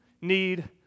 need